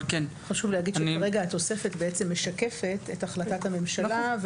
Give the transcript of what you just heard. חשוב להגיד שכרגע התוספת משקפת את החלטת הממשלה,